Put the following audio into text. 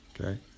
okay